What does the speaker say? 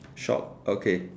shop okay